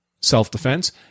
self-defense